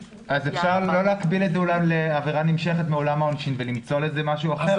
אפשר לא להקביל את זה לעבירה נמשכת מעולם העונשין ולמצוא לזה משהו אחר,